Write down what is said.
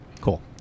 cool